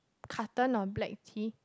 carton of black tea